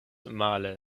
male